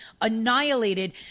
annihilated